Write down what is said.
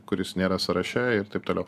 kuris nėra sąraše ir taip toliau